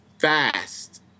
fast